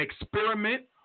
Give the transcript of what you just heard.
experiment